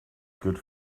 good